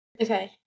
Okay